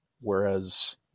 whereas